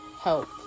help